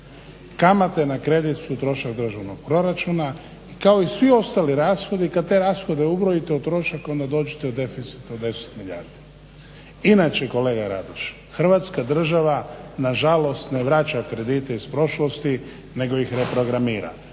Kamate na kredit su trošak državnog proračuna i kao i svi ostali rashodi, kad te rashode ubrojite u trošak onda dođete do deficita od 10 milijardi. Inače, kolega Radoš Hrvatska država na žalost ne vraća kredite iz prošlosti, nego ih reprogramira.